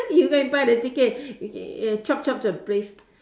you go and buy the ticket okay chope chope the place